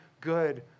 good